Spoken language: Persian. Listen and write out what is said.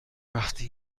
وقتی